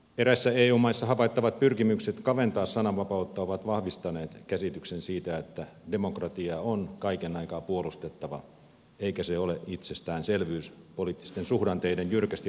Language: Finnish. eräissä eu maissa havaittavat pyrkimykset kaventaa sananvapautta ovat vahvistaneet käsityksen siitä että demokratiaa on kaiken aikaa puolustettava eikä se ole itsestäänselvyys poliittisten suhdanteiden jyrkästi vaihtuessa